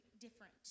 different